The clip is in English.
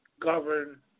govern